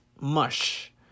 Mush